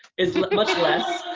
it's much less.